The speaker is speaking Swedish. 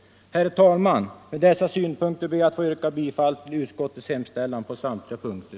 Herr talman! Med dessa synpunkter ber jag att få yrka bifall till utskottets hemställan på samtliga punkter.